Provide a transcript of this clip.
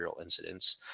incidents